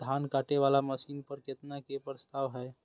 धान काटे वाला मशीन पर केतना के प्रस्ताव हय?